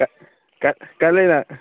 ꯀꯥꯏ ꯂꯩ ꯅꯪ